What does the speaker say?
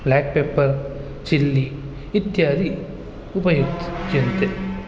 block pepper chilli इत्यादि उपयुज्यन्ते